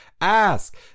ask